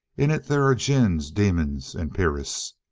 in it there are jins, demons, and peris.